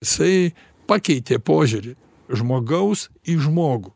jisai pakeitė požiūrį žmogaus į žmogų